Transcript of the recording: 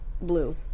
blue